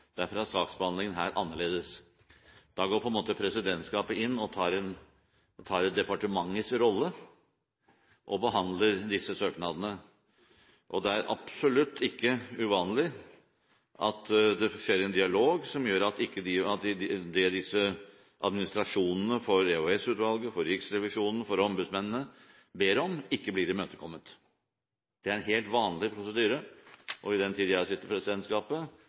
derfor er saksbehandlingen her annerledes. Da går på en måte presidentskapet inn og tar departementets rolle og behandler disse søknadene. Det er absolutt ikke uvanlig at det skjer en dialog som gjør at det disse administrasjonene for EOS-utvalget, for Riksrevisjonen, for ombudsmennene, ber om, ikke blir imøtekommet. Det er en helt vanlig prosedyre, og i den tid jeg har sittet i presidentskapet,